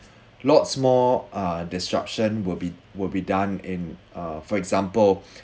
lots more uh disruption will be will be done in uh for example